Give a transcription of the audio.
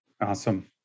Awesome